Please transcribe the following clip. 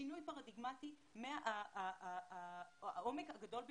שינוי פרדיגמטי מהעומק הגדול ביותר,